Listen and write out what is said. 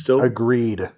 Agreed